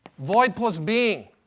void plus being.